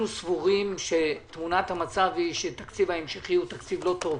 אנחנו סבורים שתמונת המצב היא שהתקציב ההמשכי הוא תקציב לא טוב.